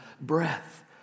breath